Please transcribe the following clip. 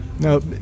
No